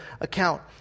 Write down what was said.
account